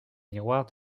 miroir